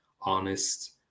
honest